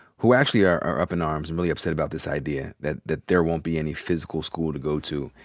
who actually are are up in arms and really upset about this idea that that there won't be any physical school to go to.